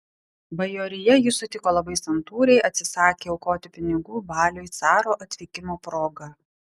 bajorija jį sutiko labai santūriai atsisakė aukoti pinigų baliui caro atvykimo proga